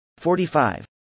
45